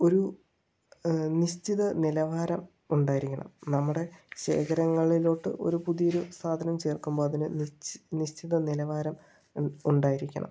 ഒരു നിശ്ചിത നിലവാരം ഉണ്ടായിരിക്കണം നമ്മുടെ ശേഖരങ്ങളിലോട്ട് ഒരു പുതിയൊരു സാധനം ചേർക്കുമ്പോൾ അതിന് നിശ്ചിത നിലവാരം ഉണ്ടായിരിക്കണം